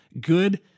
good